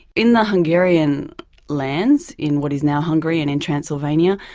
in the hungarian lands, in what is now hungary and in transylvania,